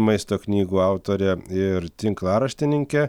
maisto knygų autorė ir tinklaraštininkė